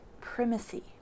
primacy